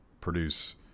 produce